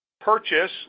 purchase